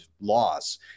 laws